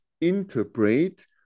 interpret